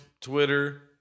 Twitter